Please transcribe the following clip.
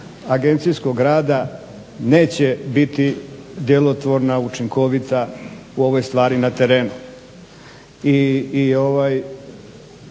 agencijskog rada neće biti djelotvorna, učinkovita u ovoj stvari na terenu.